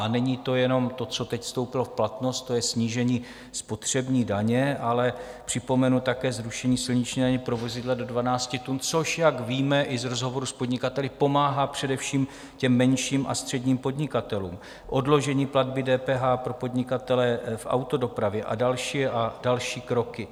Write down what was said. A není to jenom to, co teď vstoupilo v platnost, to je snížení spotřební daně, ale připomenu také zrušení silniční daně pro vozidla do 12 tun, což, jak víme i z rozhovoru s podnikateli, pomáhá především menším a středním podnikatelům, odložení platby DPH pro podnikatele v autodopravě a další a další kroky.